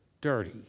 dirty